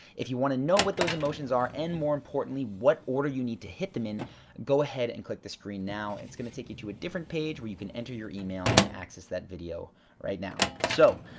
if you want to know what those emotions are and more importantly, what order you need to hit them in go ahead and click the screen now. it's going to take you to a different page where you can enter your email and access that video right now, so.